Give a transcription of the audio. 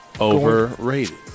overrated